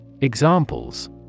Examples